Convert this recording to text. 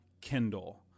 Kindle